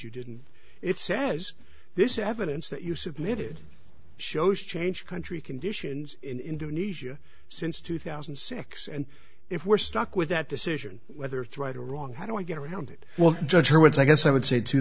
you didn't it's sad as this is evidence that you submitted shows change country conditions in indonesia since two thousand and six and if we're stuck with that decision whether it's right or wrong i don't get around it well judge your words i guess i would say two